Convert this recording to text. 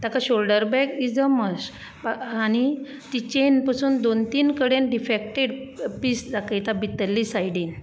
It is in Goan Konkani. ताका shoulder bag is a must आनी ती चेन पासून दोन तीन कडेन डिफेक्टेड पिस दाखयता भितरले सायडीन